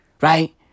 right